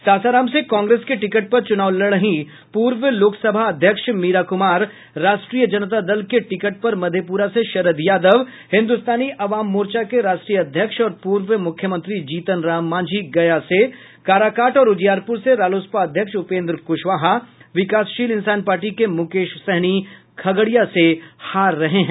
सासाराम से कांग्रेस के टिकट पर चुनाव लड़ रहीं पूर्व लोकसभा अध्यक्ष मीरा कुमार राष्ट्रीय जनता दल के टिकट पर मधेपुरा से शरद यादव हिन्दुस्तानी अवाम मोर्चा के राष्ट्रीय अध्यक्ष और पूर्व मुख्यमंत्री जीतन राम मांझी गया से काराकाट और उजियारपुर से रालोसपा अध्यक्ष उपेन्द्र कुशवाहा विकासशील इंसान पार्टी के मुकेश सहनी खगड़िया से हार रहे हैं